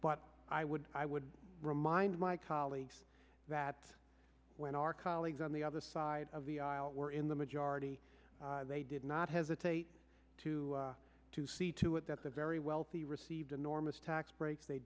but i would i would remind my colleagues that when our colleagues on the other side of the aisle were in the majority they did not hesitate to to see to it that the very wealthy received enormous tax breaks they